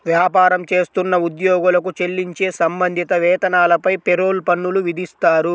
వ్యాపారం చేస్తున్న ఉద్యోగులకు చెల్లించే సంబంధిత వేతనాలపై పేరోల్ పన్నులు విధిస్తారు